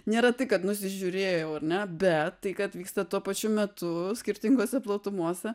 nėra tai kad nusižiūrėjau ar ne bet tai kad vyksta tuo pačiu metu skirtingose platumose